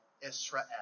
Israel